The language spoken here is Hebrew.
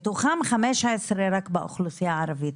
מתוכם 15 רק באוכלוסיה הערבית.